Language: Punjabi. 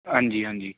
ਹਾਂਜੀ ਹਾਂਜੀ